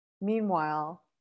meanwhile